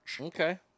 Okay